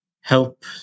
help